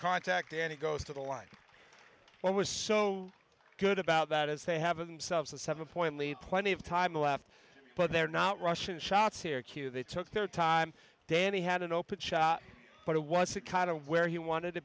contact and it goes to the line what was so good about that is they have of themselves a seven point lead plenty of time left but they're not rushing shots here q they took their time danny had an open shot but it was a kind of where he wanted to